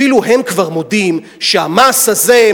אפילו הם כבר מודים שהמס הזה,